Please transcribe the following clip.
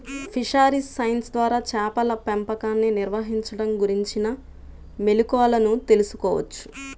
fisheries science ద్వారా చేపల పెంపకాన్ని నిర్వహించడం గురించిన మెళుకువలను తెల్సుకోవచ్చు